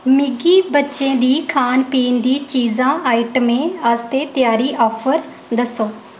मिगी बच्चें दी खान पीन दी चीजां आइटमें आस्तै त्यारी आफर दस्सो